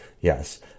Yes